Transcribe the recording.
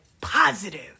positive